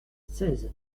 seize